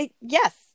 yes